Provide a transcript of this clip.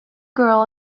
girl